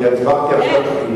אני הסברתי עכשיו.